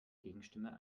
gegenstimme